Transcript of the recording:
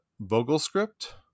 Vogelscript